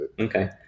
Okay